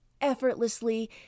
effortlessly